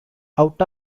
out